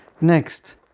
next